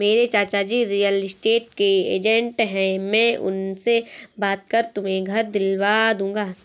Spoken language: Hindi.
मेरे चाचाजी रियल स्टेट के एजेंट है मैं उनसे बात कर तुम्हें घर दिलवा दूंगा